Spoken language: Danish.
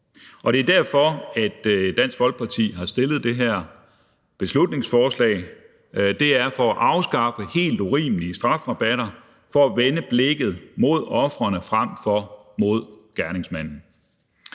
og det er derfor, at Dansk Folkeparti har fremsat det her beslutningsforslag. Det er for at afskaffe helt urimelige strafrabatter ved at vende blikket mod ofrene frem for mod gerningsmanden.